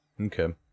Okay